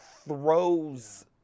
throws